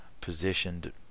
positioned